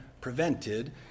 prevented